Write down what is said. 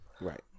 Right